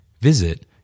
Visit